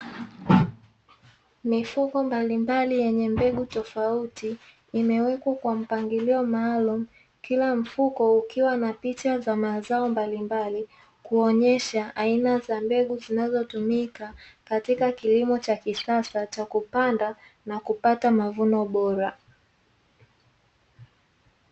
Mifuko mbalimbali yenye mbegu tofauti, imewekwa kwa mpangilio maalumu, kila mfuko ukiwa na picha za mazao mbalimbali, kuonyesha aina za mbegu zinazotumika katika kilimo cha kisasa, cha kupanda na kupata mavuno bora.